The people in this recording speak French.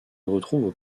retrouvent